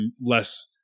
less